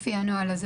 לפי הנוהל הזה,